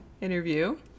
interview